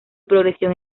progresión